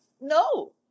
No